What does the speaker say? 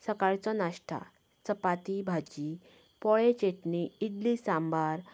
सकाळचो नाश्ता चपाती भाजी पोळे चटणी इडली सांबार